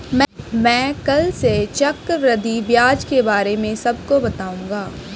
मैं कल से चक्रवृद्धि ब्याज के बारे में सबको बताऊंगा